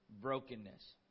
Brokenness